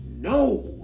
No